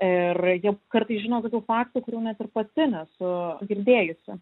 ir jie kartais žino tokių faktų kurių net ir pati nesu girdėjusi